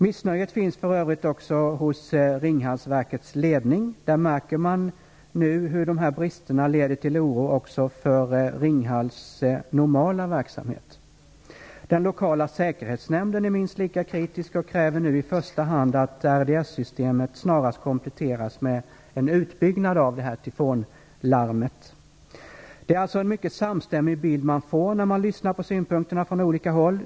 Missnöjet finns för övrigt också hos Ringhalsverkets ledning. Där märker man nu hur dessa brister leder till oro också vad gäller Ringhals normala verksamhet. Den lokala säkerhetsnämnden är minst lika kritisk och kräver nu i första hand att RDS-systemet snarast kompletteras med en utbyggnad av tyfonlarmet. Det är alltså en mycket samstämmig bild man får när man lyssnar på synpunkterna från olika håll.